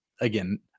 again